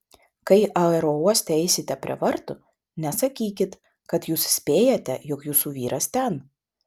kai aerouoste eisite prie vartų nesakykit kad jūs spėjate jog jūsų vyras ten